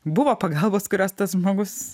buvo pagalbos kurios tas žmogus